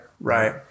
right